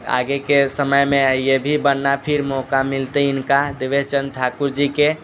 आगेके समयमे ई भी बनना फिर मौका मिलतै हिनका देवेश चन्द्र ठाकुर जीके